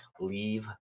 Leave